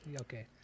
Okay